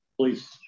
please